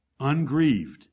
ungrieved